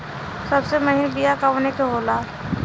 सबसे महीन बिया कवने के होला?